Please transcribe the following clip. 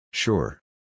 Sure